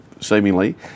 seemingly